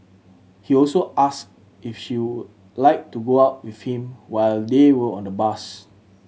he also asked if she would like to go out with him while they were on the bus